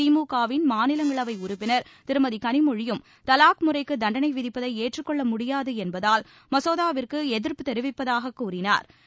திமுக வின் மாநிலங்களவை உறுப்பினா் திருமதி களிமொழியும் தலாக் முறைக்கு தண்டனை விதிப்பதை ஏற்றுக்கொள்ள முடியாது என்பதால் மசோதாவிற்கு எதிா்ப்பு தெரிவிப்பதாக கூறினாா்